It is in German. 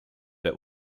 der